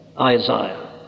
Isaiah